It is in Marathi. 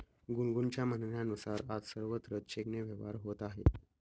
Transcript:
गुनगुनच्या म्हणण्यानुसार, आज सर्वत्र चेकने व्यवहार होत आहे